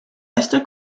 esther